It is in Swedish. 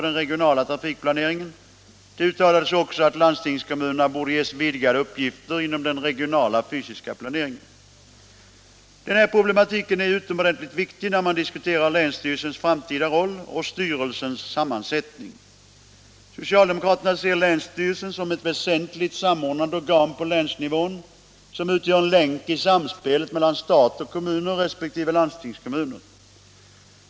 Den här problematiken är ju utomordentligt viktig när man diskuterar länsstyrelsens framtida roll och sammansättning. Socialdemokratin ser länsstyrelserna som ett väsentligt samordnande organ på länsnivån, som utgör en länk i samspelet mellan stat och kommuner resp. landstingskommuner.